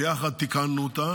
ביחד תיקנו אותה